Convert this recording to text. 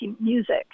music